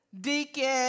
deacon